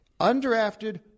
Undrafted